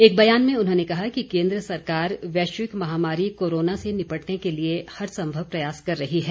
एक बयान में उन्होंने कहा कि केन्द्र सरकार वैश्विक महामारी कोरोना से निपटने के लिए हर सम्भव प्रयास कर रही है